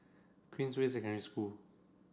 Queensway Secondary School